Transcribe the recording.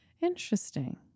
Interesting